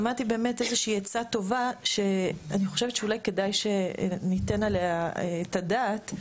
שמעתי באמת איזושהי עצה טובה שאני חושבת שאולי כדאי שניתן עליה את הדעת,